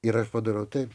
ir aš padarau taip